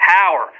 Power